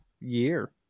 year